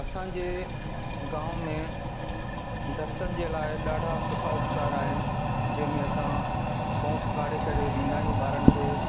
असांजे गांव में दस्तनि जे लाइ ॾाढा सुठा उपचार आहिनि जें में असां सौंफ़ काढ़े करे ॾींदा आहियूं ॿारनि खे